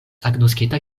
agnoskita